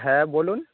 হ্যাঁ বলুন